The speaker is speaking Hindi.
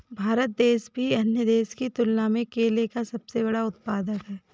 भारत किसी भी अन्य देश की तुलना में केले का सबसे बड़ा उत्पादक है